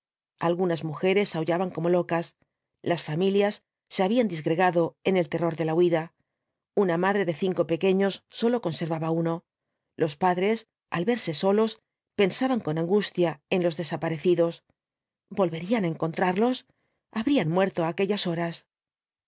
algunas mujeres aullaban como locas las familias se habían disgregado en el terror de la huida una madre de cinco pequeños sólo conservaba uno los padres al verse solos pensaban con angustia en los desaparecidos volverían á encontrarlos habrían muerto á aquellas horas